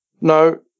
No